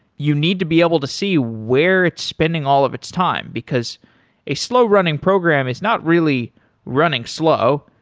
you need to be able to see where it's spending all of its time because a slow running program is not really running slow.